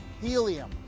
helium